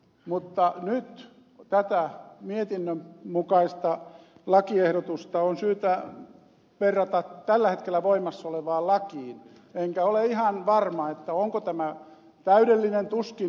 mutta nyt tätä mietinnön mukaista lakiehdotusta on syytä verrata tällä hetkellä voimassa olevaan lakiin enkä ole ihan varma onko tämä täydellinen tuskin on